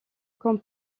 comme